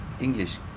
English